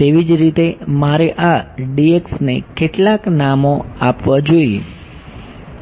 તેવી જ રીતે મારે આ ને કેટલાક નામો આપવા જોઈએ